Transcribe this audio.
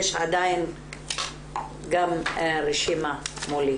יש עדיין גם רשימה מולי.